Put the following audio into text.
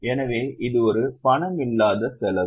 எனவே இது ஒரு பணமில்லாத செலவு